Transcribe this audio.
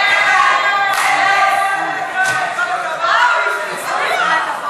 מתן שירות בלא המתנה בתור לאזרח